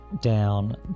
down